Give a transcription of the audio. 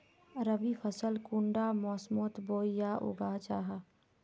रवि फसल कुंडा मोसमोत बोई या उगाहा जाहा?